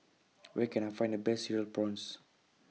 Where Can I Find The Best Cereal Prawns